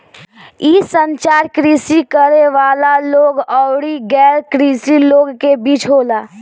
इ संचार कृषि करे वाला लोग अउरी गैर कृषि लोग के बीच होला